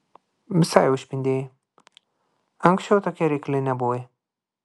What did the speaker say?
visai jau išpindėjai anksčiau tokia reikli nebuvai